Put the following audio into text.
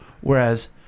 Whereas